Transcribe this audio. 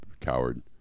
coward